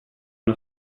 una